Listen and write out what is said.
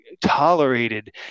tolerated